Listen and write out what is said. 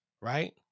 right